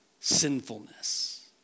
sinfulness